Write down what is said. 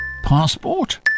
passport